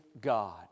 God